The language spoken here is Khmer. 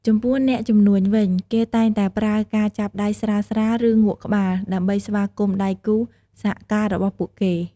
ចំពោះអ្នកជំនួញវិញ គេតែងតែប្រើការចាប់ដៃស្រាលៗ ឬងក់ក្បាល ដើម្បីស្វាគមន៍ដៃគូរសហការរបស់ពួកគេ។